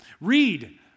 Read